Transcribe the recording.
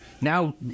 now